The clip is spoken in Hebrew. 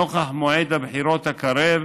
נוכח מועד הבחירות הקרב,